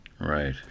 right